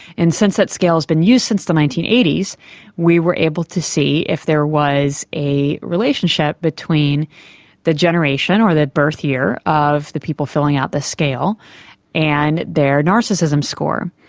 and since that scale has been used since the nineteen eighty s we were able able to see if there was a relationship between the generation or the birth year of the people filling out this scale and their narcissism score,